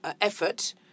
effort